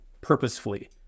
purposefully